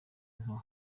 nto